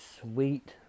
sweet